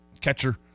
catcher